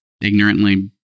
ignorantly